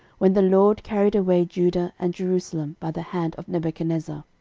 when the lord carried away judah and jerusalem by the hand of nebuchadnezzar.